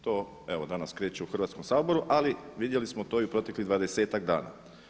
To evo danas kreću u Hrvatskom saboru, ali vidjeli smo to i u proteklih 20-tak dana.